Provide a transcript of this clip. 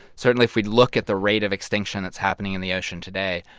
certainly if we look at the rate of extinction that's happening in the ocean today,